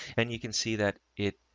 and you can see that it